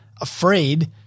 afraid